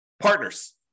Partners